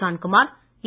Johnkumar என்